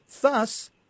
Thus